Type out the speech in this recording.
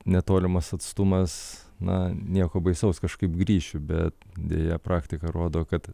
netolimas atstumas na nieko baisaus kažkaip grįšiu bet deja praktika rodo kad